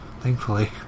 thankfully